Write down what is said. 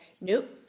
nope